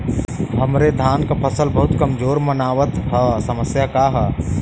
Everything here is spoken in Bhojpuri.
हमरे धान क फसल बहुत कमजोर मनावत ह समस्या का ह?